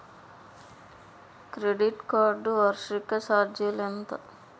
Credit card వార్షిక ఛార్జీలు ఎంత?